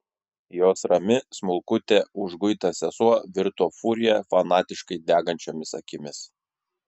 jos rami smulkutė užguita sesuo virto furija fanatiškai degančiomis akimis